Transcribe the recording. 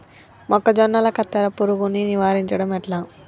మొక్కజొన్నల కత్తెర పురుగుని నివారించడం ఎట్లా?